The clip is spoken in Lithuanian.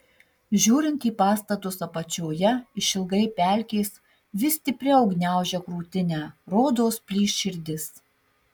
žiūrint į pastatus apačioje išilgai pelkės vis stipriau gniaužia krūtinę rodos plyš širdis